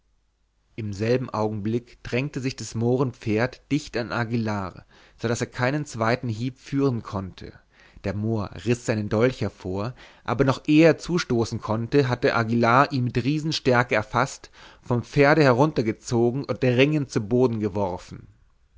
in demselben augenblick drängte sich des mohren pferd dicht an aguillar so daß er keinen zweiten hieb führen konnte der mohr riß seinen dolch hervor aber noch ehe er zustoßen konnte hatte ihn aguillar mit riesenstärke erfaßt vom pferde heruntergezogen und ringend zu boden geworfen